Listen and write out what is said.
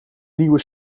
nieuwe